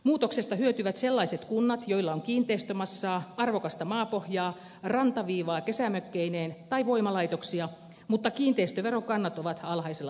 muutoksesta hyötyvät sellaiset kunnat joilla on kiinteistömassaa arvokasta maapohjaa rantaviivaa kesämökkeineen tai voimalaitoksia mutta kiinteistöverokannat ovat alhaisella tasolla